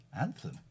anthem